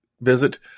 visit